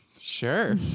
Sure